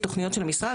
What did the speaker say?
אותן.